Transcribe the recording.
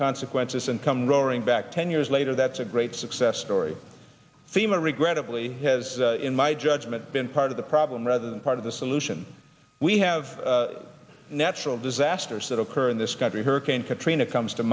consequences and come roaring back ten years later that's a great success story fema regrettably has in my judgment been part of the problem rather than part of the solution we have natural disasters that occur in this country hurricane country in a comes to